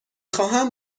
خواهم